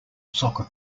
soccer